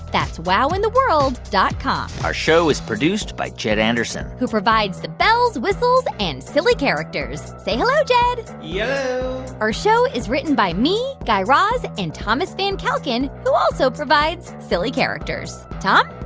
that's wowintheworld dot com our show is produced by jed anderson who provides the bells, whistles and silly characters. say hello, jed yello yeah our show is written by me, guy raz and thomas van kalken, who also provides silly characters. tom?